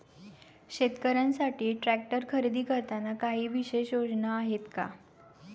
शेतकऱ्यांसाठी ट्रॅक्टर खरेदी करताना काही विशेष योजना आहेत का?